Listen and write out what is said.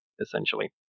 essentially